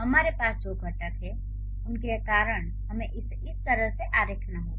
हमारे पास जो घटक हैं उनके कारण हमें इसे इस तरह से आरेखना होगा